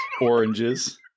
oranges